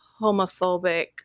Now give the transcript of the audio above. homophobic